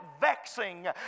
vexing